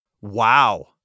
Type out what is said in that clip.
wow